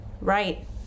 Right